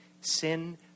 Sin